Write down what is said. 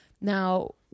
now